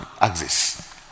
axis